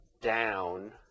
Down